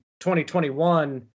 2021